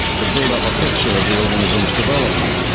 to build up a picture of the organism's development.